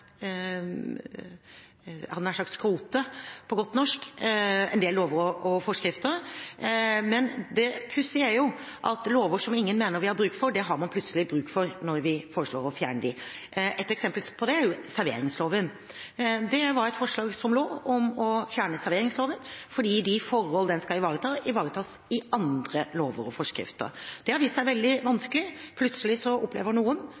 sagt – skrote, på godt norsk, en del lover og forskrifter. Men det pussige er jo at lover som ingen mener vi har bruk for, har man plutselig bruk for når vi foreslår å fjerne dem. Et eksempel på det er serveringsloven. Det var et forslag om å fjerne serveringsloven fordi de forholdene den skal ivareta, ivaretas i andre lover og forskrifter. Det har vist seg veldig vanskelig. Plutselig opplever noen,